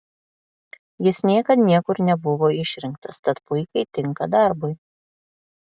jis niekad niekur nebuvo išrinktas tad puikiai tinka darbui